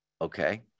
okay